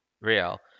Real